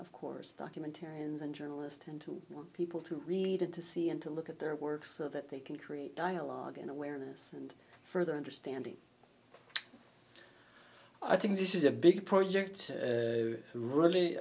of course documentarians and journalists and to people to read and to see and to look at their work so that they can create dialogue and awareness and further understanding i think this is a big project really